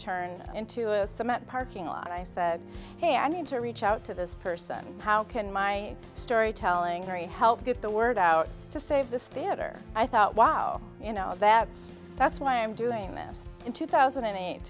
turn into a cement parking lot i said hey i need to reach out to this person how can my storytelling very help get the word out to save this theater i thought wow you know that's that's why i'm doing this in two thousand and